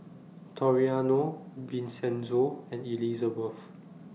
Toriano Vincenzo and Elizebeth